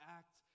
act